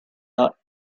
ought